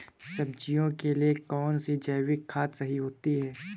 सब्जियों के लिए कौन सी जैविक खाद सही होती है?